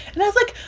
and i was like,